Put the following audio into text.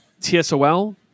TSOL